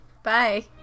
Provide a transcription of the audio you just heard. Bye